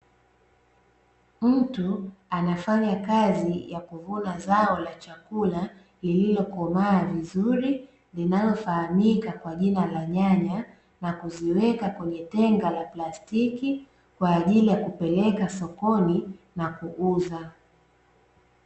Mtu anafanya kazi ya kuvuna zao la chakula lililokomaa vizuri linalofaamika kwa jina la nyanya na kuziweka kwenye tenga la plastiki kwaajili ya kupeleka sokoni na kuuza.